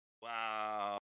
Wow